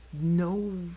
no